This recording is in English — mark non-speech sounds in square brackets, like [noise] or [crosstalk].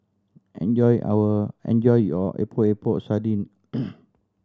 enjoy our enjoy your Epok Epok Sardin [noise]